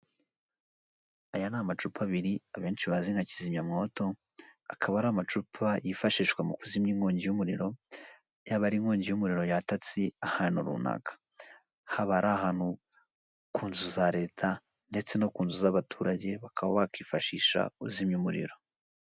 Urupapuro rw'umweru cyangwa se rwera rwanditsweho amagambo ibishushanyo ndetse n'andi mabara atandukanye, handitsweho amagambo yiganjemo umukara, ay'ubururu ay'umweru ndetse akaba ariho agashushanya ka mudasobwa, hariho n'andi mabara atandukanye y'umutuku, ubururu ashushanyijemo inyoni y'umweru ndetse hakaba ashushanyijeho amabara y'ubururu, umutuku umuhondo ndetse n'icyatsi y'ibendera ry'u Rwanda.